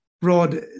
broad